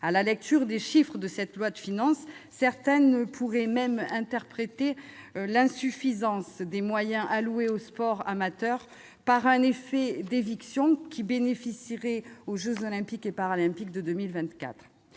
À la lecture des chiffres figurant dans ce projet de loi de finances, certains pourraient même interpréter l'insuffisance des moyens alloués au sport amateur comme un effet d'éviction qui bénéficierait aux jeux Olympiques et Paralympiques de 2024.